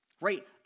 Right